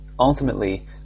Ultimately